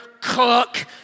cook